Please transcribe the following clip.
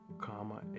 comma